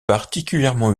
particulièrement